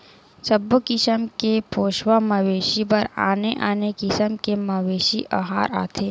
सबो किसम के पोसवा मवेशी बर आने आने किसम के मवेशी अहार आथे